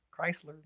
Chrysler